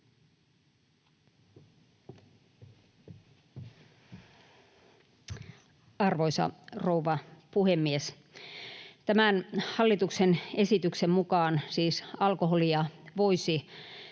Arvoisa rouva puhemies! Tämän hallituksen esityksen mukaan alkoholia voisi